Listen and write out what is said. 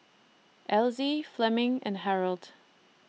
Elzie Fleming and Harold